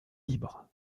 libre